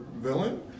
villain